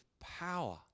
power